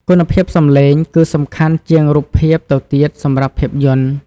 គុណភាពសំឡេង គឺសំខាន់ជាងរូបភាពទៅទៀតសម្រាប់ភាពយន្ត។